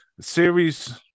Series